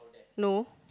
no